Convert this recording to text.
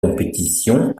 compétition